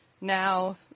now